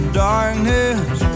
darkness